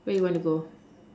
where you want to go